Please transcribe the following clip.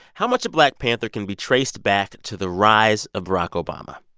how much of black panther can be traced back to the rise of barack obama?